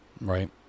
Right